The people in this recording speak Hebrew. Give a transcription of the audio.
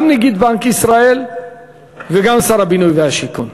גם נגיד בנק ישראל וגם שר הבינוי והשיכון.